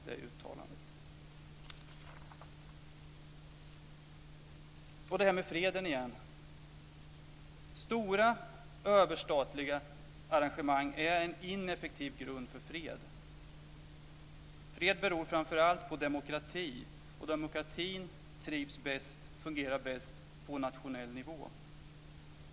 Återigen det här med freden. Stora överstatliga arrangemang är en ineffektiv grund för fred. Fred beror framför allt på demokrati, och demokratin fungerar bäst på nationell nivå.